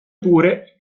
pure